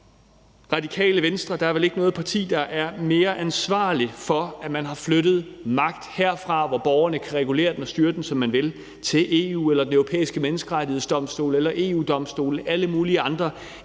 Radikale Venstre, er der vel ikke noget parti, der er mere ansvarligt for, at man har flyttet magt herfra, hvor borgerne kan regulere den og styre den, som man vil, til EU, Den Europæiske Menneskerettighedsdomstol, EU-Domstolen eller alle mulige andre